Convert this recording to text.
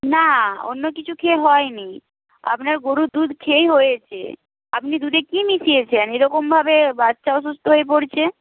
না অন্য কিছু খেয়ে হয় নি আপনার গরুর দুধ খেয়েই হয়েছে আপনি দুধে কি মিশিয়েছেন এরকমভাবে বাচ্চা অসুস্থ হয়ে পড়ছে